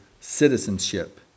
citizenship